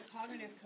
Cognitive